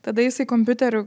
tada jisai kompiuteriu